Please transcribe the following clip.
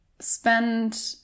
spend